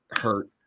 hurt